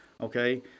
okay